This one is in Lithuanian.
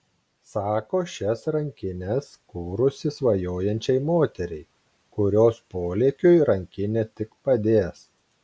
sako šias rankines kūrusi svajojančiai moteriai kurios polėkiui rankinė tik padės